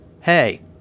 Hey